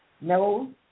no